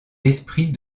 l’esprit